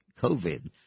COVID